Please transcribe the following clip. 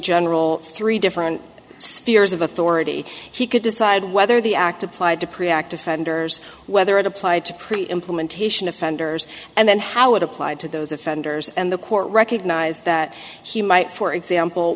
general three different spheres of authority he could decide whether the act applied to pretty active offenders whether it applied to pretty implementation offenders and then how it applied to those offenders and the court recognized that he might for example